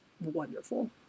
wonderful